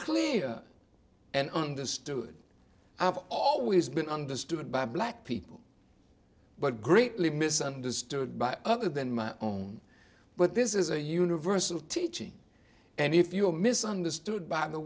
clear and understood i've always been understood by black people but greatly misunderstood by other than my own but this is a universal teaching and if you are misunderstood by the